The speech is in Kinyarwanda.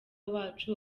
wacu